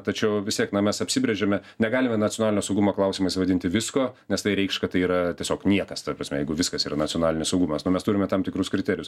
tačiau vis tiek na mes apsibrėžėme negalime nacionalinio saugumo klausimais vadinti visko nes tai reikš kad tai yra tiesiog niekas ta prasme jeigu viskas yra nacionalinis saugumas nu mes turime tam tikrus kriterijus